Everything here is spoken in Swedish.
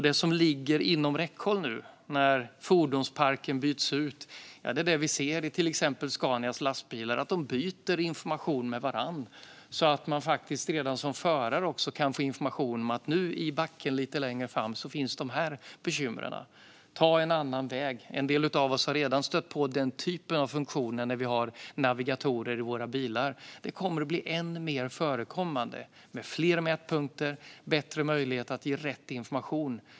Det som ligger inom räckhåll nu när fordonsparken byts ut är det vi ser i till exempel Scanias lastbilar: De byter information med varandra så att man som förare kan få information om att de här bekymren finns i backen lite längre fram - ta en annan väg. En del av oss har redan stött på den typen av funktioner i navigatorer i våra bilar. Det kommer att bli än mer vanligt förekommande, med fler mätpunkter och bättre möjlighet att ge rätt information.